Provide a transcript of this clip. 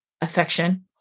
affection